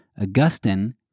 Augustine